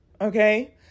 Okay